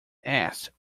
asked